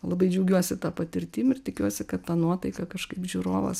labai džiaugiuosi ta patirtim ir tikiuosi kad ta nuotaika kažkaip žiūrovas